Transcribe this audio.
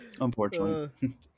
Unfortunately